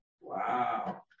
Wow